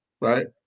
Right